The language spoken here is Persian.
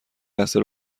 لحظه